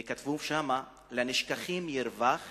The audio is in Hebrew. וכתבו שם: לנשכחים ירווח